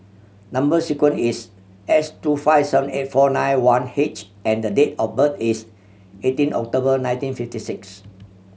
number sequence is S two five seven eight four nine one H and the date of birth is eighteen October nineteen fifty six